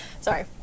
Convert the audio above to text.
Sorry